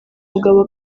mugabo